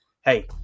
hey